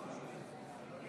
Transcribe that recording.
מהיום.